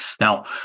Now